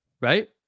right